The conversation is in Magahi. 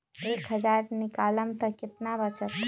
एक हज़ार निकालम त कितना वचत?